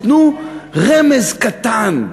תנו רמז קטן,